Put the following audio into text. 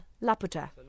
Laputa